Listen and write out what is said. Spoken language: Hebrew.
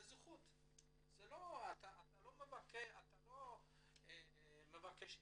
אתה לא מבקש נדבה.